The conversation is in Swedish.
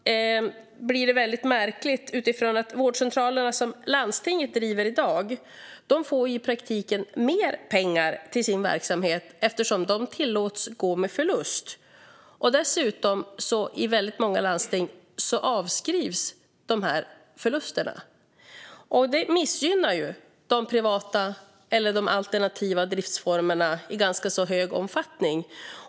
Det är märkligt att de vårdcentraler som landstingen driver i dag i praktiken får mer pengar till sin verksamhet, eftersom de tillåts gå med förlust. Dessa förluster avskrivs dessutom i många landsting. Detta missgynnar de privata eller alternativa driftsformerna i hög omfattning.